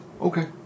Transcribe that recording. Okay